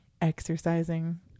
exercising